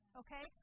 okay